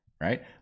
right